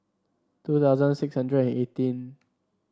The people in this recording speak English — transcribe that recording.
two thousand six hundred and eighteen